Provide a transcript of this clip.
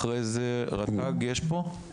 אחרי זה רט״ג, יש פה?